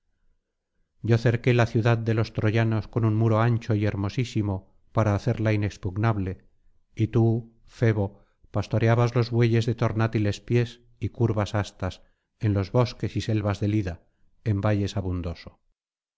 yo cerqué la ciudad de los troyanos con un muro ancho y hermosísimo para hacerla inexpugnable y tú febo pastoreabas los bueyes de tornátiles pies y curvas astas en los bosques y selvas del ida en valles abundoso